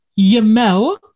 Yamel